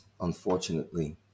unfortunately